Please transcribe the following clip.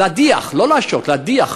להדיח, לא להשעות, להדיח,